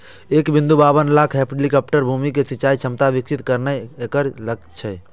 एक बिंदु बाबन लाख हेक्टेयर भूमि मे सिंचाइ क्षमता विकसित करनाय एकर लक्ष्य छै